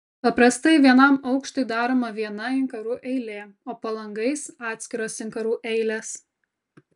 paprastai vienam aukštui daroma viena inkarų eilė o po langais atskiros inkarų eilės